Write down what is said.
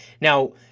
Now